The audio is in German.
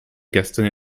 gestern